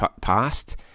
past